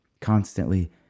Constantly